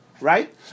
right